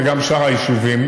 וגם שאר היישובים.